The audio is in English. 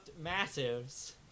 Massive's